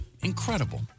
Incredible